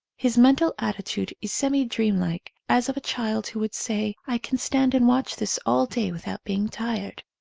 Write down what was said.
his mental attitude is semi dreamlike, as of a child who would say i can stand and watch this all day without be ing tired.